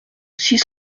six